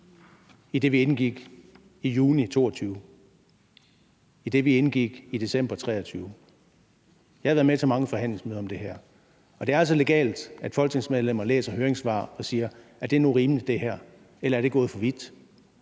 i den, vi indgik i juni 2022, og i den, vi indgik i december 2023. Jeg har været med til mange forhandlingsmøder omkring det her, og det er altså legalt, at folketingsmedlemmer læser høringssvar og siger: Er det her nu rimeligt, eller er det gået for vidt?